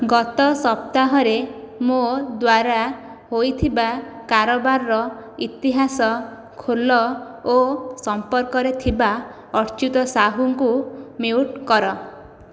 ଗତ ସପ୍ତାହରେ ମୋ ଦ୍ୱାରା ହୋଇଥିବା କାରବାରର ଇତିହାସ ଖୋଲ ଓ ସମ୍ପର୍କରେ ଥିବା ଅଚ୍ୟୁତ ସାହୁଙ୍କୁ ମ୍ୟୁଟ୍ କର